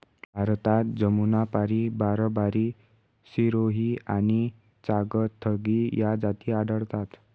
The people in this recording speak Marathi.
भारतात जमुनापारी, बारबारी, सिरोही आणि चांगथगी या जाती आढळतात